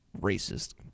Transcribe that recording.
racist